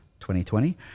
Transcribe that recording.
2020